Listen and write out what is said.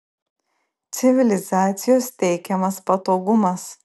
civilizacijos teikiamas patogumas